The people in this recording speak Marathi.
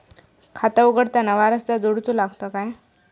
खाता उघडताना वारसदार जोडूचो लागता काय?